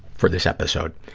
for this episode.